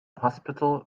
hospital